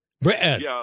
Britain